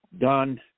done